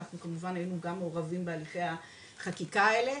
אנחנו כמובן גם מעורבים בתהליכי החקיקה האלה,